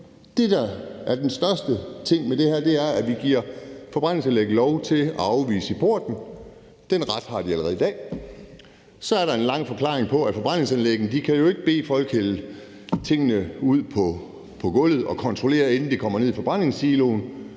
Det, der er den største ting ved det her, er, at vi giver forbrændingsanlæg lov til at afvise modtagelsen af affald i porten. Den ret har de allerede i dag. Så er der en lang forklaring om, at forbrændingsanlægget jo ikke kan bede folk hælde tingene ud på gulvet og kontrollere det, inden det kommer ned i forbrændingssiloen.